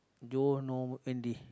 Joe know Wendy